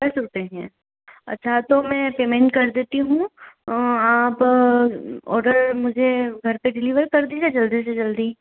दस रुपये हैं अच्छा तो मैं पेमेंट कर देती हूँ आप ऑडर मुझे घर पर डिलीवर कर दीजिए जल्दी से जल्दी